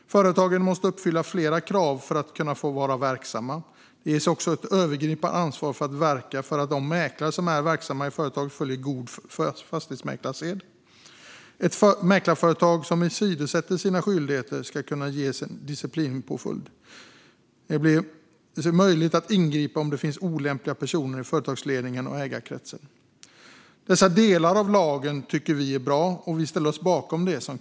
Företagen måste uppfylla flera krav för att få vara verksamma. De ges också ett övergripande ansvar att verka för att de mäklare som är verksamma i företaget följer god fastighetsmäklarsed. Ett mäklarföretag som åsidosätter sina skyldigheter ska kunna ges en disciplinpåföljd. Det blir möjligt att ingripa om det finns olämpliga personer i företagsledningen och ägarkretsen. Dessa delar av lagen tycker Kristdemokraterna är bra, och vi ställer oss bakom dem.